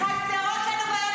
עכשיו הוא יודע.